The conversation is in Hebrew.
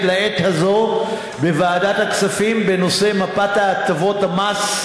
לעת הזו בוועדת הכספים בנושא מפת הטבות המס.